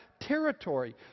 territory